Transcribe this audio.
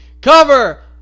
Cover